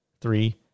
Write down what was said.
Three